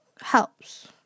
helps